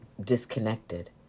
disconnected